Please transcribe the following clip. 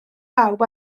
pawb